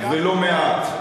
ולא מעט,